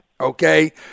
okay